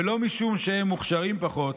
ולא משום שהם מוכשרים פחות